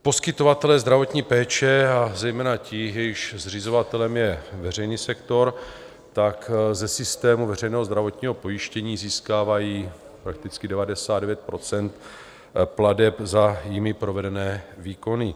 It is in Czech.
Poskytovatelé zdravotní péče a zejména ti, jejichž zřizovatelem je veřejný sektor, ze systému veřejného zdravotního systému získávají prakticky 99 % plateb za jimi provedené výkony.